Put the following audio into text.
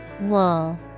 Wool